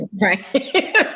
right